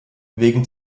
wegen